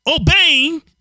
Obeying